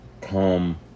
come